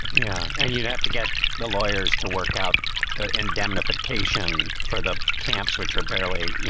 yeah, and you'd have to get the lawyers to work out the indemnification for the camps, which are barely, you